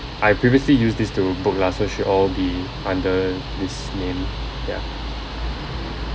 I previously used this to book lah so should all be under this name ya